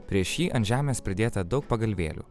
prieš jį ant žemės pridėta daug pagalvėlių